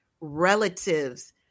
relatives